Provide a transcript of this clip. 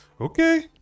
Okay